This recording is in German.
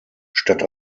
statt